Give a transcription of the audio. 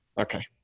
okay